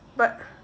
but